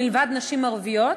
מלבד נשים ערביות,